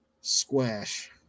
Squash